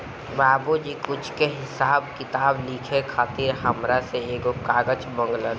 बाबुजी कुछ के हिसाब किताब लिखे खातिर हामरा से एगो कागज मंगलन